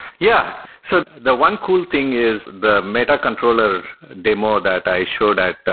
yeah. so the one cool thing is the meta controller demo that i showed at